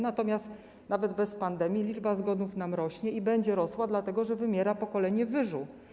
Natomiast nawet bez pandemii liczba zgonów nam rośnie i będzie rosła dlatego, że wymiera pokolenie wyżu.